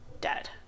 dead